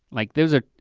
like there's a,